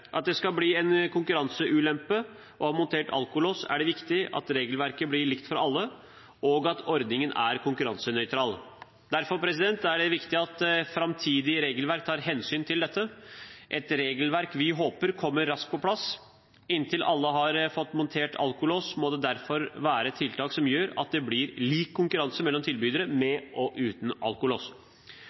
at det skal bli en konkurranseulempe å ha montert alkolås, er det viktig at regelverket blir likt for alle, og at ordningen er konkurransenøytral. Derfor er det viktig at et framtidig regelverk tar hensyn til dette − et regelverk vi håper kommer raskt på plass. Inntil alle har fått montert alkolås, må det derfor være tiltak som gjør at det blir lik konkurranse mellom tilbydere med og uten alkolås.